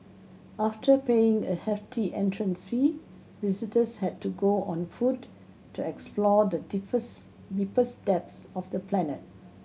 after paying a hefty entrance fee visitors had to go on foot to explore the deepest depths of the planet